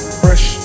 fresh